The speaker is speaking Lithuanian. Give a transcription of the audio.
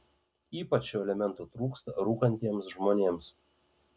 ypač šio elemento trūksta rūkantiems žmonėms